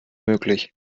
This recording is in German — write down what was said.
möglich